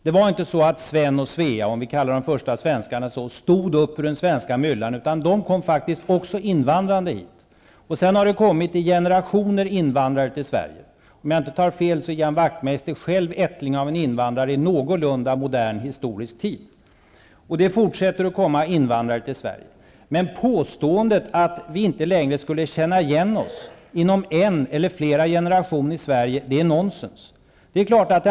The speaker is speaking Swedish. Det var inte så att Sven och Svea -- låt oss kalla de första svenskarna stå -- stod upp ur den svenska myllan, utan de kom faktiskt också invandrande hit. Sedan har det kommit invandrare i generationer till Sverige. Om jag inte tar fel är Ian Wachtmeister själv en ättling av invandrare i en någorlunda historisk tid. Det fortsätter att komma invandrare till Sverige. Men påståendet att vi inte längre skulle känna igen oss inom en eller några generationer är nonsens.